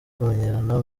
kumenyerana